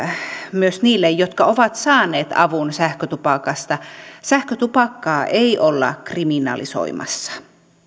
myös niille jotka ovat saaneet avun sähkötupakasta että sähkötupakkaa ei olla kriminalisoimassa